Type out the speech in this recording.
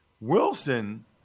Wilson